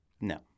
No